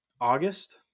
August